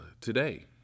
today